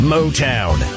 Motown